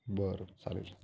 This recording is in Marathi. बरं चालेल